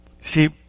See